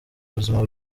buzima